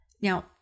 Now